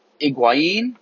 Iguain